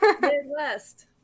Midwest